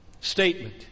statement